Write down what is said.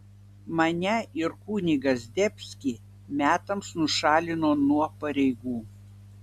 mane ir kunigą zdebskį metams nušalino nuo pareigų